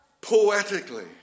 poetically